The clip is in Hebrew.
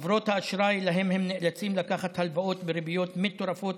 חברות האשראי שמהן הם נאלצים לקחת הלוואות בריביות מטורפות,